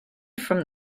from